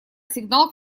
сигнал